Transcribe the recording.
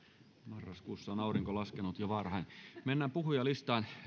marraskuussa on aurinko laskenut jo varhain mennään puhujalistaan